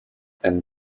and